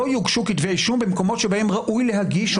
לא יוגשו כתבי אישום במקומות שבהם ראוי להגיש אותם.